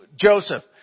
Joseph